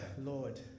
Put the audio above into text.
Lord